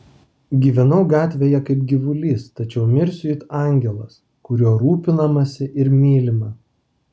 gyvenau gatvėje kaip gyvulys tačiau mirsiu it angelas kuriuo rūpinamasi ir mylima